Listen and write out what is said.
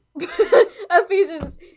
Ephesians